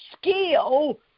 skill